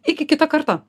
iki kito karto